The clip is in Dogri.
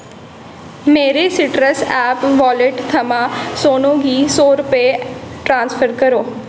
मेरे सिट्रस ऐप वालेट थमां सोनू गी सौ रपेऽ ट्रांसफर करो